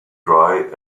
dry